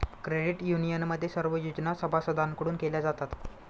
credit युनियनमध्ये सर्व योजना सभासदांकडून केल्या जातात